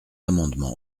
amendement